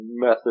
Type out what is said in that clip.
method